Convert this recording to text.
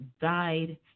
died